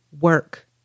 Work